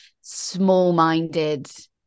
small-minded